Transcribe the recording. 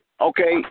Okay